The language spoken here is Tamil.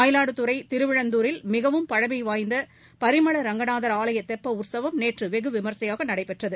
மயிலாடுதுறைதிருவிழந்துாரில் மிகவும் பழமைவாய்ந்தபரிமள ரங்கநாதர் ஆலயதெப்பஉற்கவம் நேற்றுவெகுவிமரிசையாகநடைபெற்றது